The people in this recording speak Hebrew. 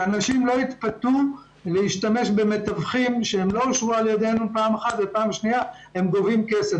שאנשים לא יתפתו להשתמש במתווכים שלא אושרו על-ידינו וגם גובים כסף.